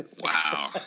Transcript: Wow